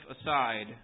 aside